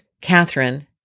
Catherine